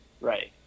Right